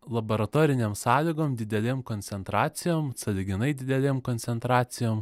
laboratorinėm sąlygom didelėm koncentracijom sąlyginai didelėm koncentracijom